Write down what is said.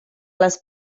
les